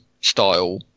style